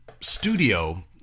studio